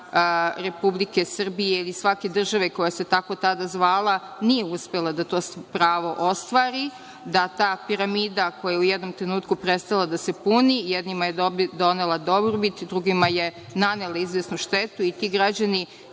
Republike Srbije i iz svake države koja se tada tako zvala nije uspeo da to svoje pravo ostvari. Ta piramida koja je, u jednom trenutku, prestala da se puni, jednima je donela dobrobit, a drugima je nanela izvesnu štetu i ti građani